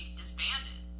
disbanded